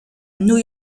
new